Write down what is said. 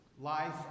Life